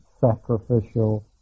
sacrificial